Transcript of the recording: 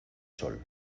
sol